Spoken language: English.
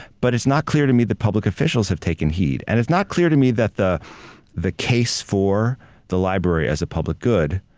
but it's not clear to me that public officials have taken heed. and it's not clear to me that the the case for the library as a public good,